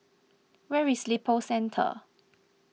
where is Lippo Centre